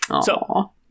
So-